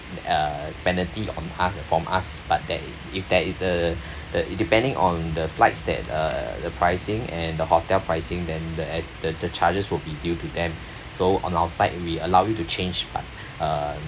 uh penalty on us from us but there i~ if there is the the depending on the flights that uh the pricing and the hotel pricing then there the the charges will be due to them so on our side we allow you to change but uh